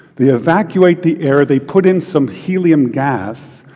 they evacuate the air, they put in some helium gas,